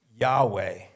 Yahweh